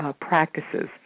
practices